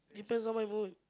depends on my mood